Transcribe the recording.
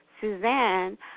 suzanne